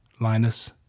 Linus